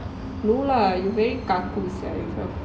no lah you very kaku sia in front of